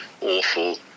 awful